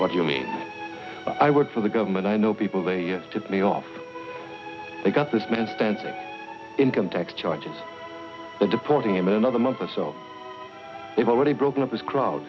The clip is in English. what you mean i would for the government i know people they took me off they got this man spent an income tax charging the deporting him another month or so they've already broken up this crowd